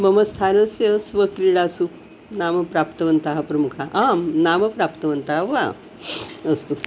मम स्थानस्य स्वक्रीडासु नाम प्राप्तवन्तः प्रमुखं आं नाम प्राप्तवन्तः वा अस्तु